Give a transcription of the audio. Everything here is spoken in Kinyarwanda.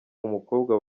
umukobwa